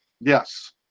Yes